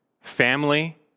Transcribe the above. family